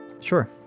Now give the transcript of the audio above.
Sure